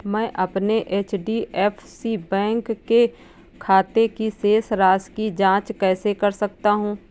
मैं अपने HDFC bank के खाते की शेष राशि की जाँच कैसे कर सकता हूँ?